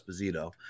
Esposito